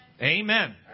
Amen